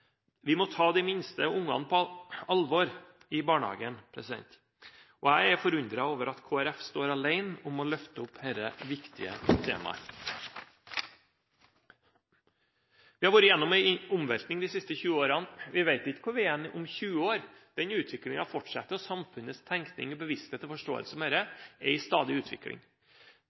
Vi må ta de minste ungene på alvor i barnehagen. Jeg er forundret over at Kristelig Folkeparti står alene om å løfte opp dette viktige temaet. Vi har vært gjennom en omveltning de siste tjue årene – vi vet ikke hvor vi er om tjue år. Den utviklinga fortsetter, og samfunnets tenkning, bevissthet og forståelse om dette er i stadig utvikling.